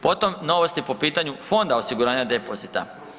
Potom, novosti po pitanju fonda osiguranja depozita.